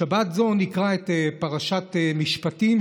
בשבת זו נקרא את פרשת משפטים,